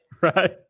Right